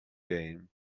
game